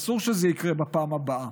אסור שזה יקרה בפעם הבאה.